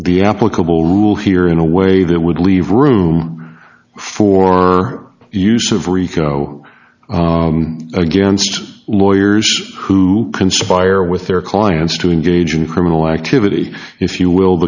he applicable rule here in a way that would leave room for use of rico against lawyers who conspire with their clients to engage in criminal activity if you will